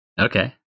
Okay